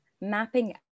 mapping